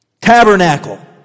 Tabernacle